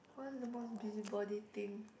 what's the most busybody thing